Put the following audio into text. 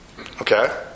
Okay